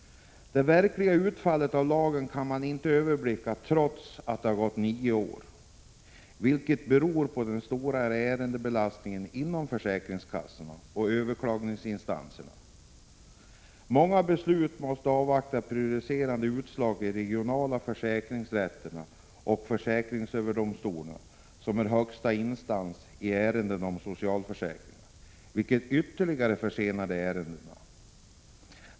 Det verkliga utfallet av lagen kan man inte överblicka trots att det gått nio år, vilket beror på den stora ärendebelastningen inom försäkringskassorna och överklagningsinstanserna. Många beslut måste avvakta prejudicerande utslag i de regionala försäkringsrätterna och försäkringsöverdomstolen, som är högsta instans i ärenden om socialförsäkringar, vilket ytterligare försenar ärendena.